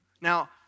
Now